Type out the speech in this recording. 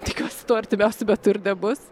tikiuosi to artimiausiu metu ir nebus